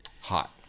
hot